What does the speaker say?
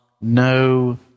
no